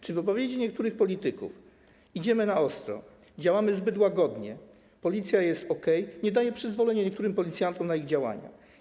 Czy wypowiedzi niektórych polityków: Idziemy na ostro, działamy zbyt łagodnie, policja jest okej, nie dają przyzwolenia niektórym policjantom na ich działania?